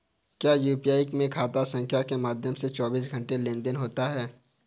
क्या यू.पी.आई में खाता संख्या के माध्यम से चौबीस घंटे लेनदन होता है?